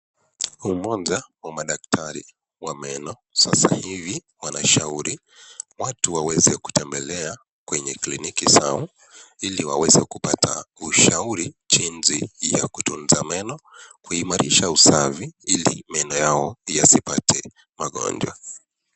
Mmoja wa madaktari wa meno, sasa hivi anashauri watu waweze kutembelea kwenye kliniki zao, ili waweze kupata ushauri, jinsi ya kutunza meno, kuimarisha usafi, ili meno yao yasipate magonjwa.